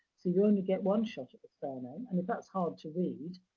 so, you only get one shot of the surname. and if that's hard to read,